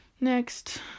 Next